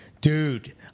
dude